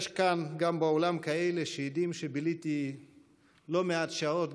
יש כאן באולם גם כאלה שיודעים שביליתי לא מעט שעות,